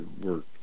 work